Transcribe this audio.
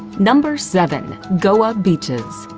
number seven. goa beaches.